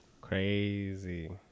Crazy